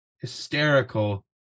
hysterical